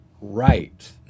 right